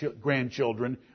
grandchildren